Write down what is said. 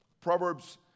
Proverbs